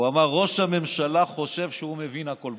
הוא אמר: ראש הממשלה חושב שהוא מבין הכול.